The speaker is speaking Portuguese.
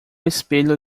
espelho